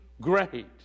great